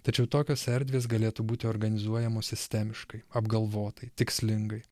tačiau tokios erdvės galėtų būti organizuojamos sistemiškai apgalvotai tikslingai